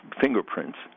fingerprints